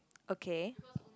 okay